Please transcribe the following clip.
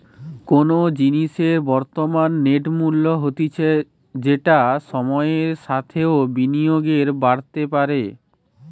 কোনো জিনিসের বর্তমান নেট মূল্য হতিছে যেটা সময়ের সাথেও বিনিয়োগে বাড়তে পারে